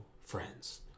friends